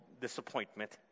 disappointment